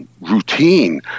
routine